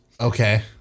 Okay